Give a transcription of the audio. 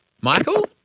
Michael